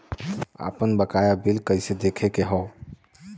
आपन बकाया बिल कइसे देखे के हौ?